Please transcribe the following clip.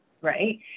right